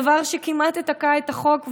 דבר שכמעט תקע את החוק.